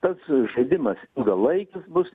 tas žaidimas ilgalaikis bus